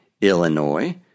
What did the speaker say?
Illinois